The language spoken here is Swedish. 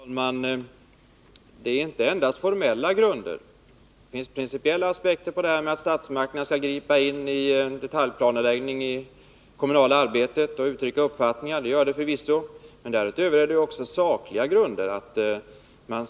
Herr talman! Det är inte endast fråga om formella grunder. Det finns förvisso principiella aspekter på att statsmakterna skall gripa in i detaljplanläggningen i det kommunala arbetet och uttrycka uppfattningar, men därutöver finns det också sakliga grunder.